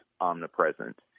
omnipresent